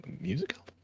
Musical